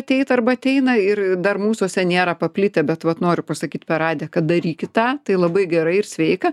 ateit arba ateina ir dar mūsuose nėra paplitę bet vat noriu pasakyt per radiją kad darykit tą tai labai gerai ir sveika